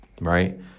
right